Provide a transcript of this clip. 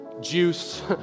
juice